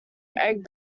egg